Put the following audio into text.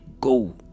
go